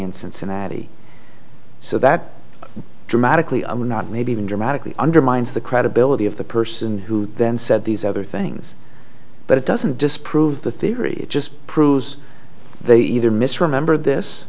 in cincinnati so that dramatically and not maybe even dramatically undermines the credibility of the person who then said these other things but it doesn't disprove the theory it just proves they either mis remembered this